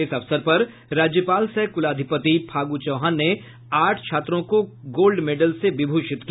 इस अवसर पर राज्यपाल सह कुलाधिपति फागु चौहान ने आठ छात्रों को गोल्ड मेडल से विभूषित किया